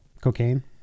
Cocaine